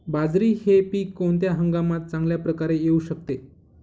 बाजरी हे पीक कोणत्या हंगामात चांगल्या प्रकारे येऊ शकते?